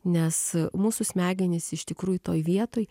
nes mūsų smegenys iš tikrųjų toj vietoj